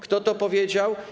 Kto to powiedział?